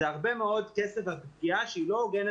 זאת פגיעה של הרבה מאוד כסף שהיא לא הוגנת,